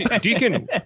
Deacon